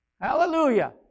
Hallelujah